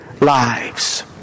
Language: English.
lives